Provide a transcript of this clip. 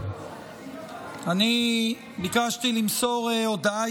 אני ביקשתי למסור הודעה